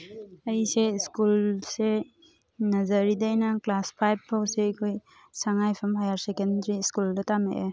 ꯑꯩꯁꯦ ꯁ꯭ꯀꯨꯜꯁꯦ ꯅꯖꯔꯤꯗꯩꯅ ꯀ꯭ꯂꯥꯁ ꯐꯥꯏꯞ ꯐꯥꯎꯁꯦ ꯑꯩꯈꯣꯏ ꯁꯉꯥꯏꯌꯨꯝꯐꯝ ꯍꯥꯌꯔ ꯁꯦꯀꯦꯅꯗꯔꯤ ꯁ꯭ꯀꯨꯜꯗ ꯇꯝꯃꯛꯑꯦ